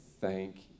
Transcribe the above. thank